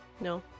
No